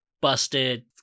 busted